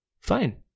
Fine